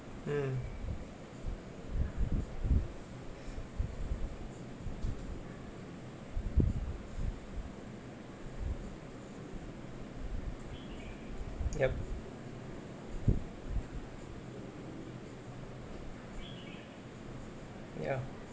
mm yup ya